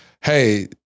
Hey